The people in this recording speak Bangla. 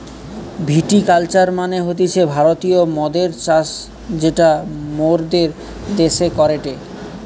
ভিটি কালচার মানে হতিছে ভারতীয় মদের চাষ যেটা মোরদের দ্যাশে করেটে